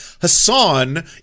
Hassan